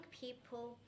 people